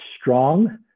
strong